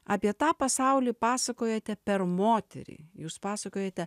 apie tą pasaulį pasakojate per moterį jūs pasakojate